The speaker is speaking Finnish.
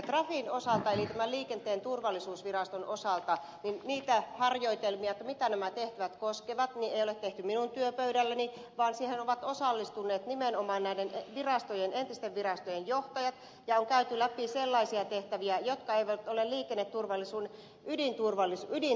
trafin osalta eli tämän liikenteen turvallisuusviraston osalta niitä harjoitelmia mitä nämä tehtävät koskevat ei ole tehty minun työpöydälläni vaan siihen ovat osallistuneet nimenomaan näiden entisten virastojen johtajat ja on käyty läpi sellaisia tehtäviä jotka eivät ole liikenneturvallisuuden ydintehtäviä